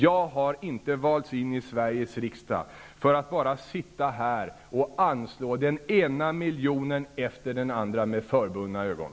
Jag har inte valts in i Sveriges riksdag för att bara sitta här och anslå den ena miljonen efter den andra med förbundna ögon.